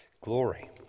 Glory